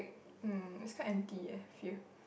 um it's quite empty eh I feel